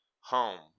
home